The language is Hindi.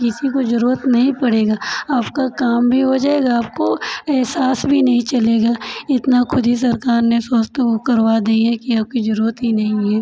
किसी काे जरूरत नहीं पड़ेगा आपका काम भी हो जाएगा आपको अहसास भी नहीं चलेगा इतना खुद ही सरकार ने स्वास्थ्य वो करवा दिया है कि आपकी जरूरत ही नहीं है